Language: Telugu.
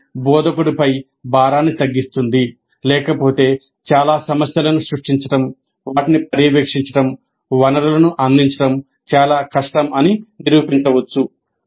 ఇది బోధకుడిపై భారాన్ని తగ్గిస్తుంది లేకపోతే చాలా సమస్యలను సృష్టించడం వాటిని పర్యవేక్షించడం వనరులను అందించడం చాలా కష్టం అని నిరూపించవచ్చు